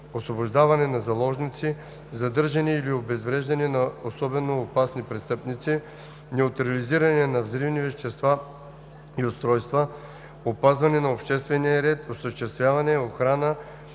освобождаване на заложници, задържане или обезвреждане на особено опасни престъпници, неутрализиране на взривни вещества и устройства, опазване на обществения ред, осъществяване охрана